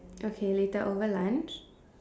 okay later over lunch